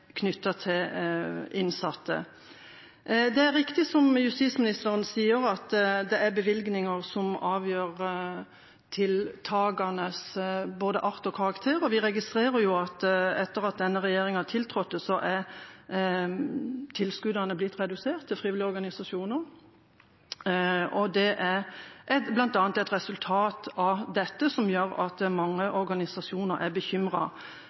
innsatte. Det er riktig som justisministeren sier, at det er bevilgninger som avgjør tiltakenes både art og karakter, og vi registrerer at etter at denne regjeringa tiltrådte, er tilskuddene til frivillige organisasjoner blitt redusert. Det er bl.a. et resultat av dette som gjør at mange organisasjoner er